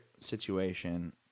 situation